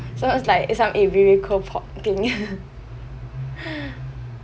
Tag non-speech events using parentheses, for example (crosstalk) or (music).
so it's like it's like a miracle pot thing (breath)